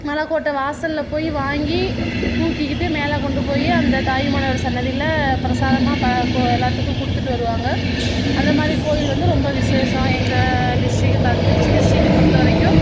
மலைக்கோட்டை வாசலில் போய் வாங்கி தூக்கிக்கிட்டு மேலே கொண்டு போய் அந்தத் தாயுமானவர் சன்னதியில ப்ரசாதமாக ப கோ எல்லாத்துக்கும் கொடுத்துட்டு வருவாங்க அந்த மாதிரி கோயில் வந்து ரொம்ப விசேஷம் எங்கள் டிஸ்ட்ரிக் தா திருச்சி டிஸ்ட்ரிக்கை பொறுத்தவரைக்கும்